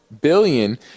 billion